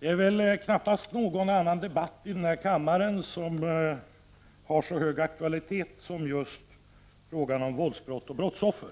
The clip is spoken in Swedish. Herr talman! Knappast någon annan debatt i denna kammare torde ha en så hög aktualitet som just denna som gäller frågan om våldsbrott och brottsoffer.